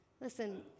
listen